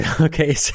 okay